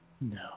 No